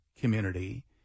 community